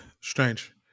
Strange